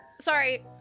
sorry